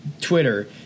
Twitter